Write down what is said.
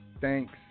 thanks